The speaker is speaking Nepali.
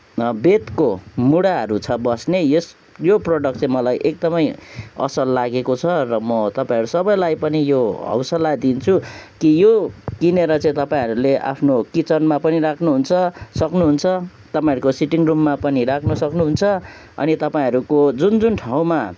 बेतको मुढाहरू छ बस्ने यस यो प्रोडक्ट चाहिँ मलाई एकदमै असल लागेको छ र म तपाईँहरू सबैलाई पनि यो हौसला दिन्छु कि यो किनेर चाहिँ तपाईँहरूले आफ्नो किचनमा पनि राख्नुहुन्छ सक्नुहुन्छ तपाईँहरूको सिटिङ रुममा पनि राख्नु सक्नुहुन्छ अनि तपाईँहरूको जुन जुन ठाउँमा